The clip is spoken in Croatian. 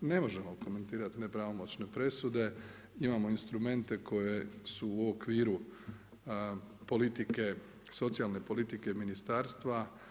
Ne možemo komentirati nepravomoćne presude, imamo instrumente koji su u okviru socijalne politike ministarstva.